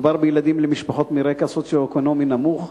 מדובר בילדים במשפחות מרקע סוציו-אקונומי נמוך,